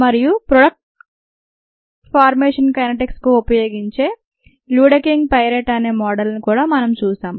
మరియు product formation కైనెటిక్స్కు ఉపయోగించే ల్యూడెకింగ్ పైరెట్ అనే మోడల్ కూడా మనం చూశాం